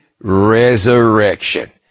resurrection